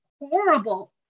horrible